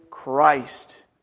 Christ